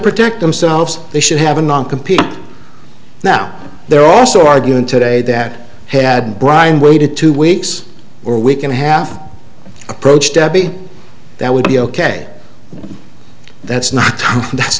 protect themselves they should have a non computer now they're also arguing today that had brian waited two weeks or a week and a half approached debbie that would be ok that's not that's